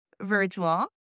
virtual